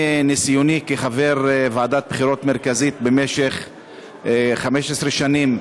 מניסיוני כחבר ועדת הבחירות המרכזית במשך 15 שנים,